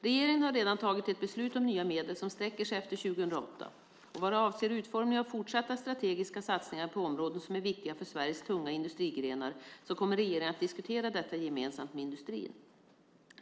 Regeringen har redan fattat ett beslut om nya medel som sträcker sig efter 2008. Vad avser utformningen av fortsatta strategiska satsningar på områden som är viktiga för Sveriges tunga industrigrenar, kommer regeringen att diskutera detta gemensamt med industrin.